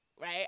right